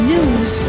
News